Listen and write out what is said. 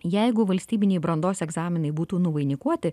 jeigu valstybiniai brandos egzaminai būtų nuvainikuoti